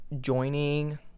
joining